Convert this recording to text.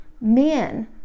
men